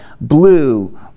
blue